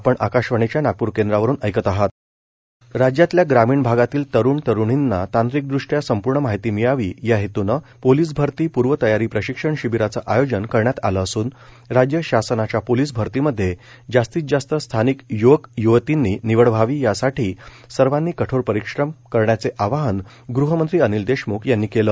police भरती पूर्वतयारी प्रशिक्षण राज्यातल्या ग्रामीण भागातील तरुण तरुणींना तांत्रिकदृष्ट्या संपूर्ण माहिती मिळावी या हेतूनं पोलीस भरती पूर्वतयारी प्रशिक्षण शिबिराचं आयोजन करण्यात आलं असून राज्य शासनाच्या पोलीस भरतीमध्ये जास्तीत जास्त स्थानिक युवक युवर्तीची निवड व्हावी यासाठी सर्वांनी कठोर परिश्रम करण्याचे आवाहन गृहमंत्री अनिल देशमुख यांनी केलं